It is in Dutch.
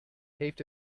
heeft